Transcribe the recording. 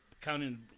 counting